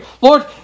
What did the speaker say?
Lord